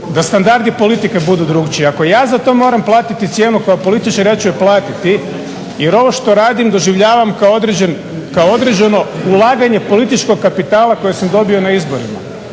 da standardi politike budu drukčiji. Ako ja za to moram platiti cijenu kao političar ja ću je platiti jer ovo što radim doživljavam kao određeno ulaganje političkog kapitala kojeg sam dobio na izborima.